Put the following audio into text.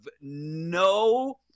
no